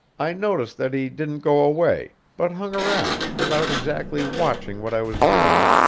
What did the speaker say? i noticed that he didn't go away, but hung round without exactly watching what i was doing,